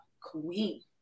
queen